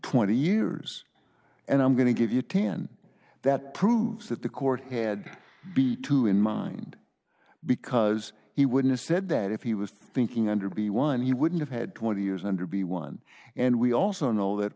twenty years and i'm going to give you ten that proves that the court had be too in mind because he wouldn't said that if he was thinking under b one he wouldn't have had twenty years under b one and we also know that